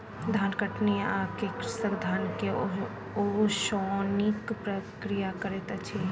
धान कटनी कअ के कृषक धान के ओसौनिक प्रक्रिया करैत अछि